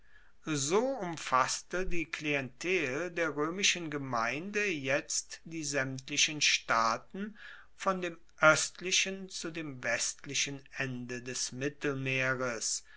so umfasste die klientel der roemischen gemeinde jetzt die saemtlichen staaten von dem oestlichen zu dem westlichen ende des mittelmeeres